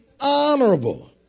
honorable